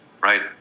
right